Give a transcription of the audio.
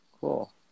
Cool